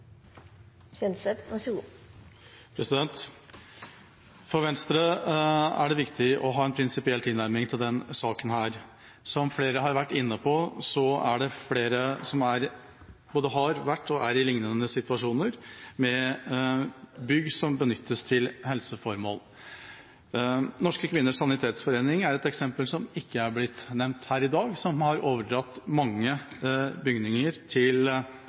det viktig å ha en prinsipiell tilnærming til denne saken. Som flere har vært inne på, er det flere som både har vært og er i liknende situasjoner med bygg som benyttes til helseformål. Norske Kvinners Sanitetsforening, et eksempel som ikke er blitt nevnt her i dag, har overdratt mange bygninger i første omgang til